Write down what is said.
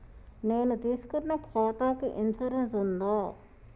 నేను తీసుకున్న ఖాతాకి ఇన్సూరెన్స్ ఉందా?